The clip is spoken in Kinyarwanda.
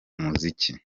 muziki